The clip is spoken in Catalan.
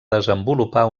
desenvolupar